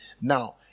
Now